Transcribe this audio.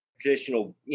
Traditional